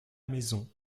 maison